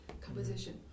composition